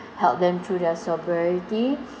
help them through their sobriety